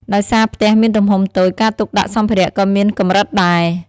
ដោយសារផ្ទះមានទំហំតូច ការទុកដាក់សម្ភារៈក៏មានកម្រិតដែរ។